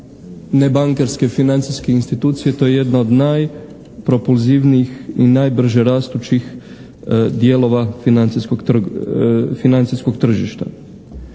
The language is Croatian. nebankarske financijske institucije to je jedno od najpropulzivnijih i najbrže rastućih dijelova financijskog tržišta.